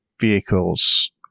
vehicles